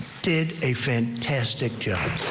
did a fantastic job.